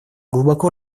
глубоко